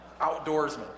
Outdoorsman